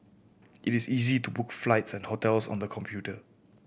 it is easy to book flights and hotels on the computer